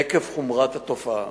עקב חומרת התופעה